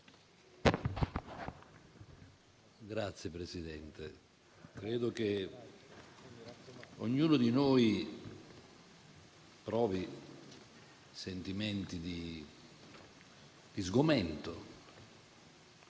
Signor Presidente, credo che ognuno di noi provi sentimenti di sgomento,